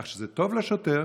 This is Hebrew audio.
כך שזה טוב לשוטר